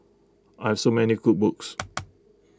I have so many cookbooks